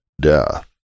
death